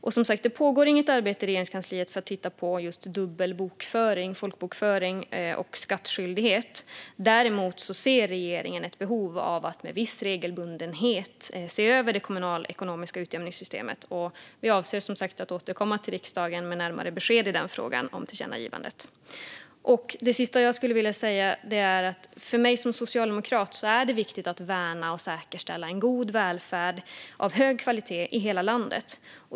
Det pågår som sagt inget arbete i Regeringskansliet för att titta på just dubbel folkbokföring och skattskyldighet. Däremot ser regeringen ett behov av att med viss regelbundenhet se över det kommunalekonomiska utjämningssystemet. Vi avser som sagt att återkomma till riksdagen med närmare besked i fråga om tillkännagivandet. Det sista jag vill säga är att för mig som socialdemokrat är det viktigt att värna och säkerställa en god välfärd av hög kvalitet i hela landet.